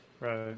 right